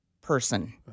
person